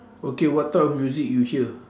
okay what type of music you hear